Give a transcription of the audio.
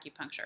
acupuncture